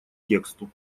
тексту